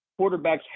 quarterbacks